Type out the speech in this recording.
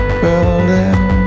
building